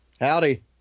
Howdy